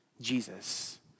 Jesus